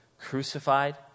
crucified